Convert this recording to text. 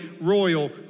royal